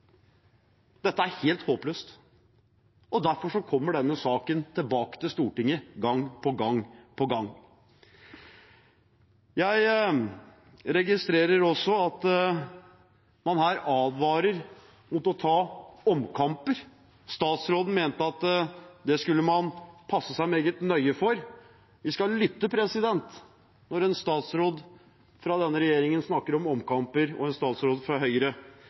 Dette er helt håpløst, derfor kommer denne saken tilbake til Stortinget gang på gang på gang. Jeg registrerer også at man her advarer mot å ta omkamper. Statsråden mente at det skulle man passe seg meget nøye for. Vi skal lytte når en statsråd fra denne regjeringen, en statsråd fra Høyre, snakker om omkamper. Da mener hun kanskje at en